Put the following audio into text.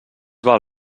val